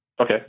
Okay